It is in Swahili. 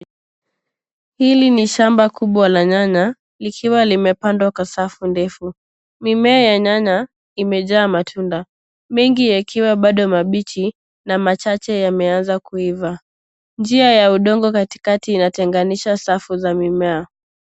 Hili ni shamba kubwa la nyanya likiwa limepandwa kwa safu ndefu mimea ya nyanya imejaa matunda mengi yakiwa bado mabichi na machache yameanza kuiva , njia ya udongo katikati inatenganisha safu za mimea.